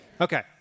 Okay